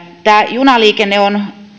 junaliikenne on